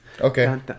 Okay